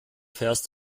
fährst